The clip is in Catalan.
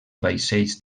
vaixells